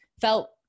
felt